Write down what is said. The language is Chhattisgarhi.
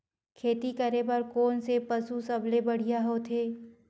खेती करे बर कोन से पशु सबले बढ़िया होथे?